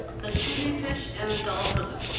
the tunny-fish and the dolphin